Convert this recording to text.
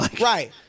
Right